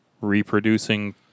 reproducing